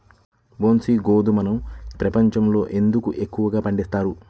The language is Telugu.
బన్సీ గోధుమను ప్రపంచంలో ఎందుకు ఎక్కువగా పండిస్తారు?